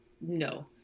no